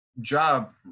job